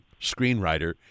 screenwriter